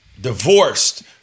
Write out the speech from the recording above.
divorced